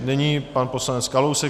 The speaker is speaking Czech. Nyní pan poslanec Kalousek.